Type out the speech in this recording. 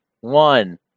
one